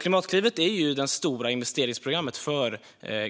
Klimatklivet är ju det stora investeringsprogrammet för